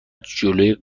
جلوی